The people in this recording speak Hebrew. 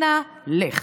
אנא, לך.